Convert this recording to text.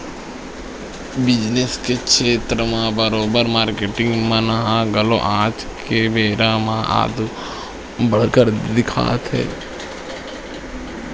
business के छेत्र म बरोबर मारकेटिंग मन ह घलो आज के बेरा म आघु बड़हत दिखत हे